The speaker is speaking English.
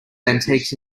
antiques